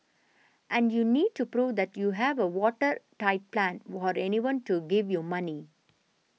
and you need to prove that you have a watertight plan for anyone to give you money